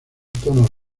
tono